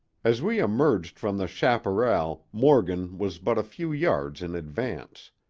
as we emerged from the chaparral morgan was but a few yards in advance.